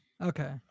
Okay